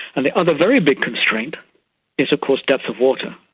and the other very big constraint is of course depth of water,